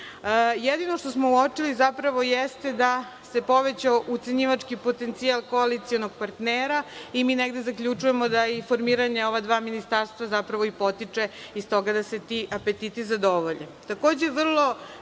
Jedino što smo uočili, zapravo, jeste da se povećao ucenjivački potencijal koalicionog partnera i mi zaključujemo da i formiranje ova dva ministarstva, zapravo, potiče iz toga da se ti apetiti zadovolje. Takođe,